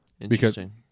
Interesting